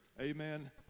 amen